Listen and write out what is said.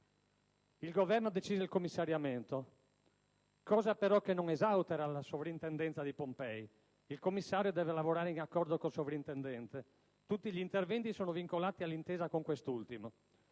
il Governo decise il commissariamento. Cosa però che non esautora la soprintendenza di Pompei: il commissario deve lavorare in accordo con il soprintendente e tutti gli interventi sono vincolati all'intesa con quest'ultimo.